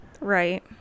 Right